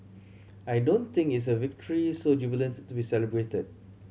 I don't think it's a victory so jubilant to be celebrated